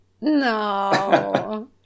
No